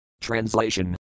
Translation